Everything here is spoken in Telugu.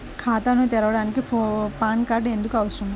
ఖాతాను తెరవడానికి పాన్ కార్డు ఎందుకు అవసరము?